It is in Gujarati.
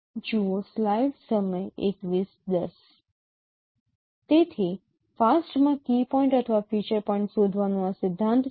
તેથી FAST માં કી પોઇન્ટ અથવા ફીચર પોઈન્ટ શોધવાનું આ સિદ્ધાંત છે